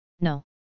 No